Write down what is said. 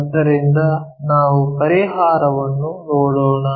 ಆದ್ದರಿಂದ ನಾವು ಪರಿಹಾರವನ್ನು ನೋಡೋಣ